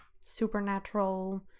supernatural